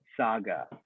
saga